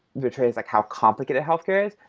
portrays like how complicated healthcare is,